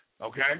Okay